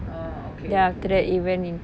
oh okay